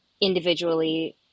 individually